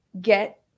get